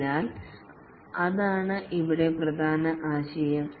അതിനാൽ അതാണ് ഇവിടെ പ്രധാന ആശയം